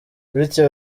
bityo